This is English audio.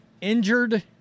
injured